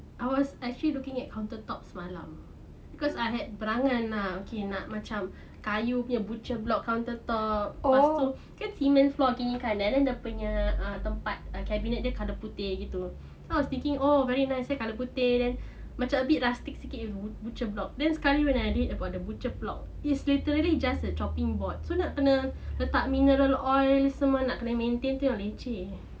I was actually looking at counter tops semalam cause I had berangan nak okay nak macam kayu punya butcher countertop pastu kan cement floor gini kan and then dia punya ah tempat cabinet dia colour putih gitu so I was thinking oh very nice colour putih macam a bit rustic sikit butcher block then sekali when I read about the butcher block is literally just a chopping board so nak kena letak mineral oil semua nak kena maintain tu yang leceh